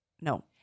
no